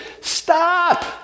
Stop